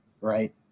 right